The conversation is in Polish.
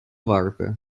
warte